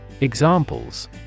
Examples